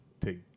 take